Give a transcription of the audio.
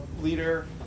leader